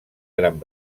gran